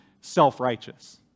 self-righteous